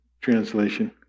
translation